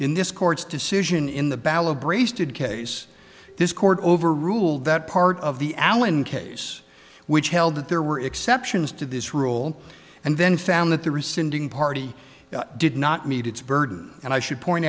in this court's decision in the battle of brace did case this court overruled that part of the allen case which held that there were exceptions to this rule and then found that the rescinding party did not meet its burden and i should point